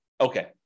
okay